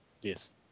Yes